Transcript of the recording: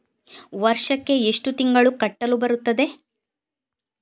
ವರ್ಷಕ್ಕೆ ಎಷ್ಟು ತಿಂಗಳು ಕಟ್ಟಲು ಬರುತ್ತದೆ?